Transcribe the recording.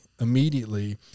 immediately